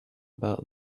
about